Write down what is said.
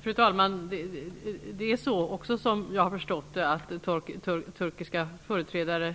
Fru talman! Som jag har förstått det har turkiska företrädare